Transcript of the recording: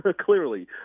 clearly